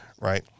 right